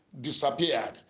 disappeared